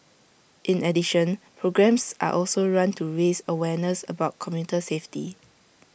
in addition programmes are also run to raise awareness about commuter safety